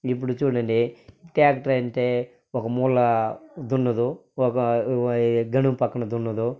ఇప్పుడు చూడండి ట్యాక్టర్ అంటే ఒక మూల దున్నదు ఒక గనుము పక్కన దున్నదు